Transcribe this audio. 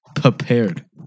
prepared